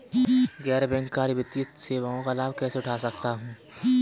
गैर बैंककारी वित्तीय सेवाओं का लाभ कैसे उठा सकता हूँ?